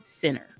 Center